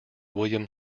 william